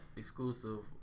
exclusive